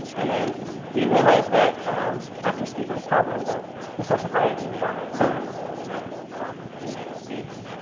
and then we realized that after speaking with pablo, that the social hierarchy in ghana is not necessarily that of the united states.